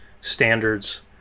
standards